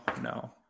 no